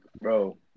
bro